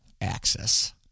access